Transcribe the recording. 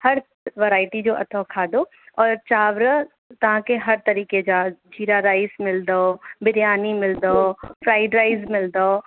हर वैरायटी जो अथव खादो और चांवर तव्हांखे हर तरीक़े जा जीरा राइस मिलंदव बिरयानी मिलंदव फ्राइड राइस मिलंदव